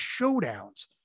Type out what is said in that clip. showdowns